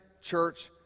church